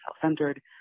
self-centered